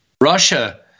Russia